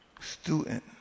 student